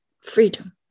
freedom